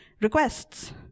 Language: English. requests